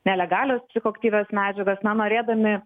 nelegalios psichoaktyvias medžiagos na norėdami